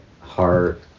heart